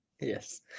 Yes